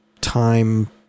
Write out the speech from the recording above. time